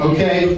Okay